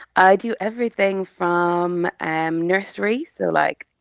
i do everything from um nursery so, like,